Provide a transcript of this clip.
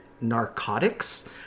narcotics